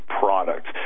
product